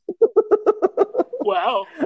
Wow